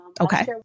Okay